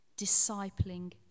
discipling